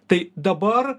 tai dabar